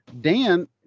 Dan